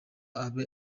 abe